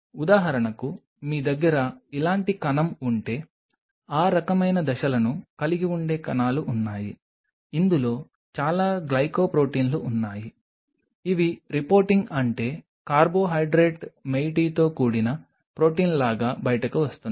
ఉదాహరణకు మీ దగ్గర ఇలాంటి కణం ఉంటే ఆ రకమైన దశలను కలిగి ఉండే కణాలు ఉన్నాయి ఇందులో చాలా గ్లైకోప్రొటీన్లు ఉన్నాయి ఇవి రిపోర్టింగ్ అంటే కార్బోహైడ్రేట్ మోయిటీతో కూడిన ప్రోటీన్ లాగా బయటకు వస్తున్నాయి